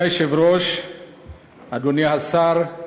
אדוני השר,